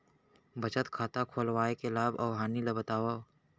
बचत खाता खोलवाय के लाभ अऊ हानि ला बतावव?